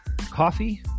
coffee